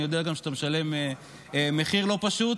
אני יודע גם שאתה משלם מחיר לא פשוט,